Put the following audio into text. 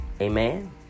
Amen